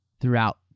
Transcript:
throughout